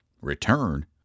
Return